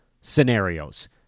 scenarios